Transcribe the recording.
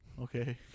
okay